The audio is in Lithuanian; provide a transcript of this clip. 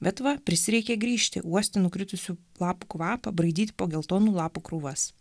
bet va prisireikė grįžti uosti nukritusių lapų kvapą braidyti po geltonų lapų krūvas